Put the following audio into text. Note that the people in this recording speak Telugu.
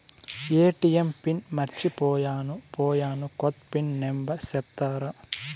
ఎ.టి.ఎం పిన్ మర్చిపోయాను పోయాను, కొత్త పిన్ నెంబర్ సెప్తారా?